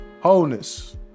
wholeness